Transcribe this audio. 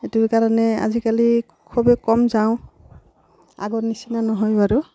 এইটোৰ কাৰণে আজিকালি খুবেই কম যাওঁ আগৰ নিচিনা নহয় বাৰু